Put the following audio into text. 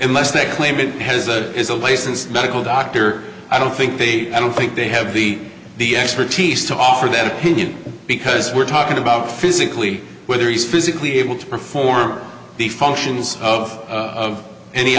less they claim it has it is a licensed medical doctor i don't think the i don't think they have beat the expertise to offer that opinion because we're talking about physically whether he's physically able to perform the functions of of any